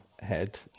head